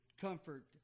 comfort